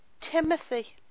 Timothy